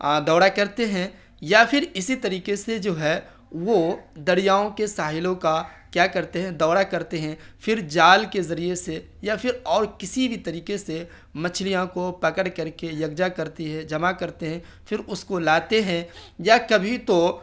دورہ کرتے ہیں یا پھر اسی طریقے سے جو ہے وہ دریاؤں کے ساحلوں کا کیا کرتے ہیں دورہ کرتے ہیں پھر جال کے ذریعے سے یا پھر اور کسی بھی طریقے سے مچھلیاں کو پکڑ کر کے یکجا کرتی ہے جمع کرتے ہیں پھر اس کو لاتے ہیں یا کبھی تو